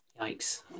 Yikes